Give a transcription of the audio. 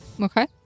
Okay